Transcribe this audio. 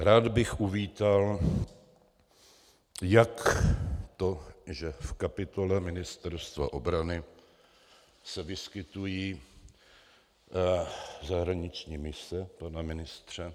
Rád bych uvítal jak to, že v kapitole Ministerstva obrany se vyskytují zahraniční mise, pane ministře.